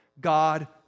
God